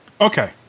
Okay